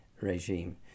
regime